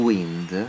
Wind